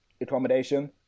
accommodation